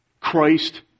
Christ